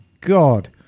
god